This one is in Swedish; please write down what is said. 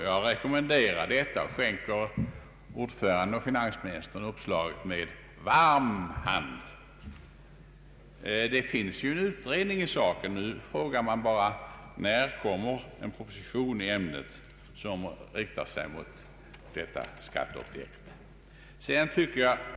Jag rekommenderar detta och skänker bevillningsutskottets ordförande och finansministern uppslaget med varm hand. Det finns ju en utredning i saken, Nu frågar man bara: När kommer en proposition i ämnet som riktar sig emot dessa skatteobjekt?